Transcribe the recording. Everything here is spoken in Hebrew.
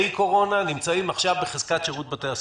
קורונה נמצאים עכשיו בחזקת שירות בתי הסוהר?